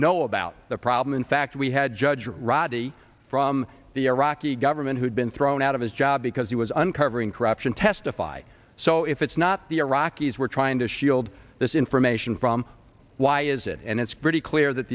know about the problem in fact we had judge roddy from the iraqi government who had been thrown out of his job because he was uncovering corruption testify so if it's not the iraqis were trying to shield this information from why is it and it's pretty clear that